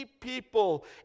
people